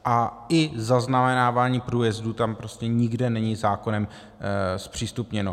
A i zaznamenávání průjezdů tam prostě nikde není zákonem zpřístupněno.